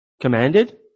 commanded